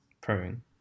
prone